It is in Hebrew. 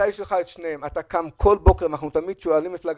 אנחנו שואלים תמיד: